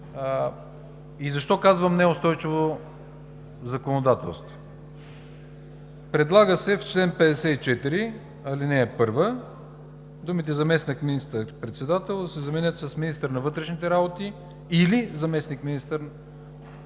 Защо казвам „неустойчиво законодателство“? Предлага се в чл. 54, ал. 1 думите „заместник министър-председател“ да се заменят с „министър на вътрешните работи или заместник-министър